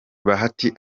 bahati